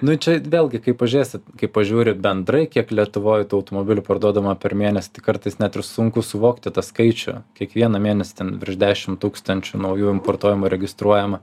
nu čia vėlgi kaip pažiūrėsi kai pažiūri bendrai kiek lietuvoj tų automobilių parduodama per mėnesį tai kartais net ir sunku suvokti tą skaičių kiekvieną mėnesį ten virš dešimt tūkstančių naujų importuojamų registruojama